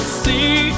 see